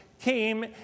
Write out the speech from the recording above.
came